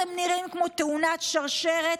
אתם נראים כמו תאונת שרשרת,